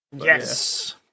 Yes